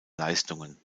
leistungen